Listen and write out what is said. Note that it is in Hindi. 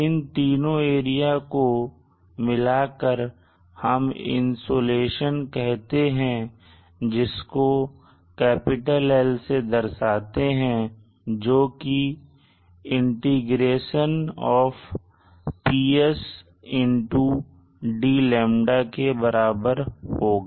इन तीनों एरिया को मिलाकर हम इंसुलेशन insolationकहते हैं जिसको हम "L" से दर्शाते हैं जो कि इंटीग्रेशन PS d λ के बराबर होगा